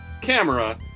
Camera